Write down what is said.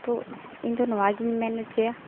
ᱛᱳ ᱤᱧᱫᱚ ᱱᱚᱣᱟᱜᱮᱧ ᱢᱮᱱ ᱚᱪᱚᱭᱟ